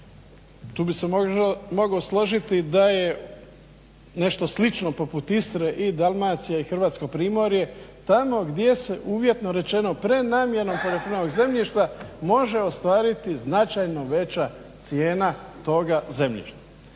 Tu bi se mogao složiti da je nešto slično poput Istre i Dalmacija i hrvatsko primorje tamo gdje se uvjetno rečeno prenamjenom poljoprivrednog zemljišta može ostvariti značajno veća cijena toga zemljišta.